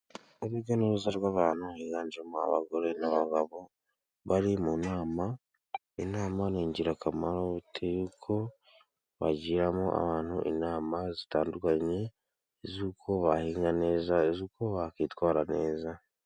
Urujya n'uruza rw'abantu higanjemo abagore n'abagabo bari mu nama. Inama ni ingirakamaro bitewe nuko bagiramo abantu inama zitandukanye z'uko bahinga neza ,ndetse ni uz'uko bakwitwara neza.